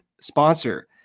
sponsor